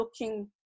looking